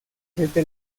desde